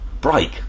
break